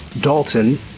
Dalton